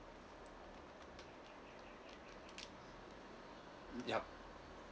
yup